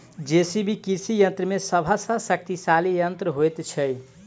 JCB कृषि यंत्र मे सभ सॅ शक्तिशाली यंत्र होइत छै